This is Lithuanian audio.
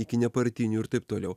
iki nepartinių ir taip toliau